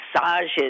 massages